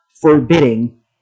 forbidding